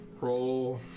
Roll